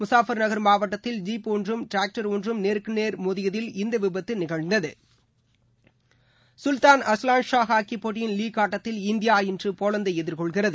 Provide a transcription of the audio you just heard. முகாப்பர் நகர் மாவட்டத்தில் ஜீப் ஒன்றும் டிராக்டர் ஒன்றும் நேருக்கு நேர் மோதியதில் இந்த விபத்து நிகழ்ந்தது சூல்தாள் அஸ்லான் ஷா ஹாக்கி போட்டியின் லீக் ஆட்டத்தில் இந்தியா இன்று போலந்தை எதிர்கொள்கிறது